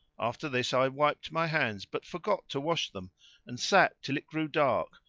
after this i wiped my hands, but forgot to wash them and sat till it grew dark,